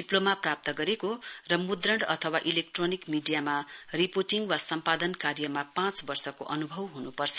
diploma प्राप्त गरेको र मुद्रण अथवा इलेक्ट्रोनिक मिडियामा रिपोर्टिङ वा सम्पादन कार्यमा पाँच वर्षको अनुभव हुनुपर्छ